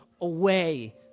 away